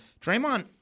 Draymond